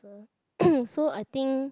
so I think